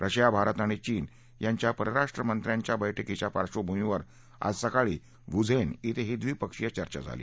Russia Bharat आणि चीन यांच्या परराष्ट्र मंत्र्यांच्या बैठकीच्या पार्शभूमीवर आज सकाळी वूझेन झें ही झिपक्षीय चर्चा झाली